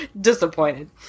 disappointed